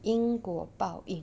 因果报应